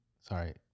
sorry